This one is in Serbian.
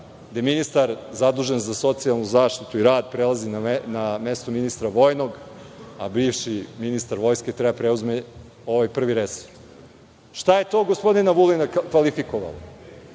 gde ministar zadužen za socijalnu zaštitu i rad prelazi na mesto ministra vojnog, a bivši ministar Vojske treba da preuzme ovaj prvi resor. Šta je to gospodina Vulina kvalifikovalo?